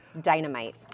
Dynamite